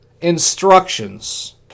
instructions